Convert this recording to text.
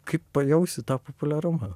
kaip pajausi tą populiarumą